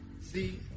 See